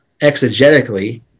exegetically